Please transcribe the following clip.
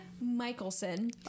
Michelson